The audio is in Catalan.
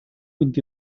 vint